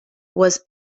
was